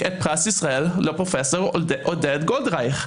את פרס ישראל לפרופ' עודד גולדרייך.